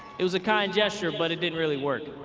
it was a kind gesture, but it didn't really work.